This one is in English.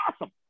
awesome